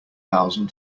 thousand